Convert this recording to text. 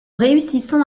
réussissons